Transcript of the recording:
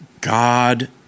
God